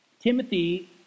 Timothy